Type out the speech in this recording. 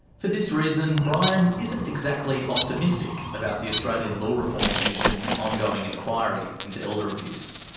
for this reason, brian isn't exactly optimistic about the australian law reform commission's on-going inquiry into elder abuse.